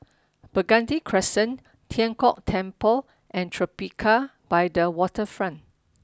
Burgundy Crescent Tian Kong Temple and Tribeca by the Waterfront